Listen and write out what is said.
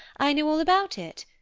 i know all about it.